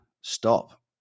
stop